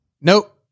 nope